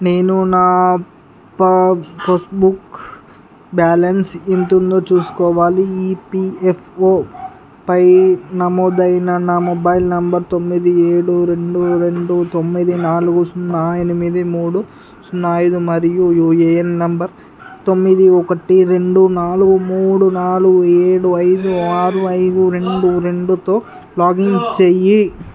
నేను నా పాగ్ పాస్బుక్ బ్యాలెన్స్ ఎంత ఉందో చూసుకోవాలి ఈపీఎఫ్ఓ పై నమోదైన నా మొబైల్ నెంబర్ తొమ్మిది ఏడు రెండు రెండు తొమ్మిది నాలుగు సున్నా ఎనిమిది మూడు సున్నా ఐదు మరియు యూఏఎన్ నెంబర్ తొమ్మిది ఒకటి రెండు నాలుగు మూడు నాలుగు ఏడు ఐదు ఆరు ఐదు రెండు రెండుతో లాగిన్ చేయి